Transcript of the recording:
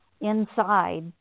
inside